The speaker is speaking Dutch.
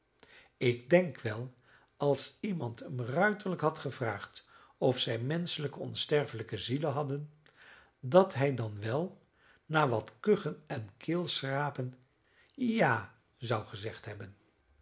ik denk wel als iemand hem ruiterlijk had gevraagd of zij menschelijke onsterfelijke zielen hadden dat hij dan wel na wat kuchen en keelschrapen ja zou gezegd hebben